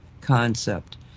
concept